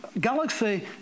galaxy